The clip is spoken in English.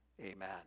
Amen